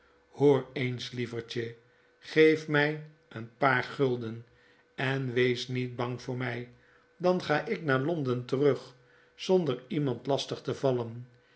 hoor eens lievertje geef my een paar gulden en wees niet bang voor my dan ga ik naar londen terug zonder iemand lastig te vallen